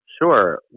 Sure